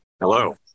hello